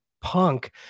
punk